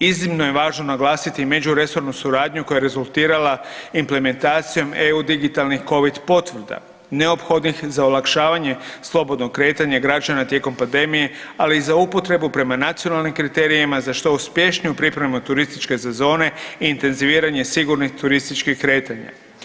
Iznimno je važno naglasiti i međuresornu suradnju koja je rezultirala implementacijom EU digitalnih COVID potvrda, neophodnih za olakšavanje slobodnog kretanja građana tijekom pandemije ali i za upotrebu prema nacionalnim kriterijima za što uspješniju pripremu turističke sezone i intenziviranje sigurnih turističkih kretanja.